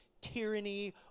tyranny